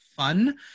fun